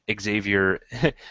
Xavier